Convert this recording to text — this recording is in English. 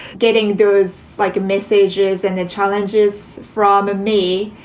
getting those like messages and the challenges from me,